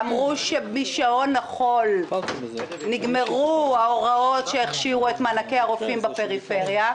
אמרו שבשעון החול נגמרו ההוראות שהכשירו את מענקי הרופאים בפריפריה,